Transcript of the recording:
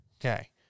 Okay